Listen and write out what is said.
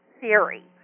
theory